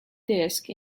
disk